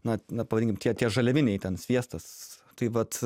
na na pavadinkim tie tie žaliaviniai ten sviestas tai vat